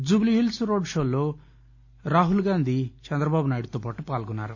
Jubilee Hills road షోలో రాహుల్ గాంధీ చంద్రబాబునాయుడుతో పాటు పాల్గొన్నారు